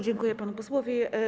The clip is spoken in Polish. Dziękuję panu posłowi.